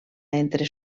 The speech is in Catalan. entre